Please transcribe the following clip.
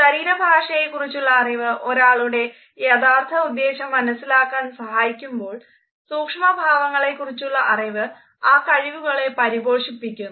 ശരീരഭാഷയെക്കുറിച്ചുള്ള അറിവ് ഒരാളുടെ യഥാർത്ഥ ഉദ്ദേശം മനസിലാക്കാൻ സഹയിക്കുമ്പോൾ സൂക്ഷ്മഭാവങ്ങളെക്കുറിച്ചുള്ള അറിവ് ആ കഴിവുകളെ പരിപോഷിപ്പിക്കുന്നു